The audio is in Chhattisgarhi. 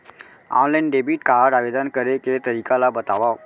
ऑनलाइन डेबिट कारड आवेदन करे के तरीका ल बतावव?